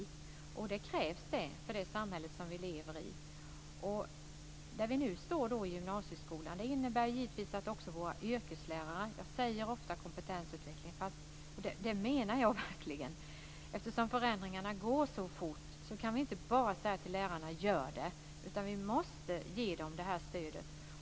Det krävs för det samhälle vi lever i. Det innebär givetvis att också våra yrkeslärare behöver kompetensutveckling. Jag säger ofta kompetensutveckling, och jag menar det verkligen. Eftersom förändringarna går så fort kan vi inte bara säga till lärarna att göra. Vi måste ge dem detta stöd.